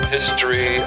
History